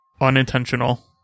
Unintentional